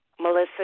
Melissa